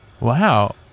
Wow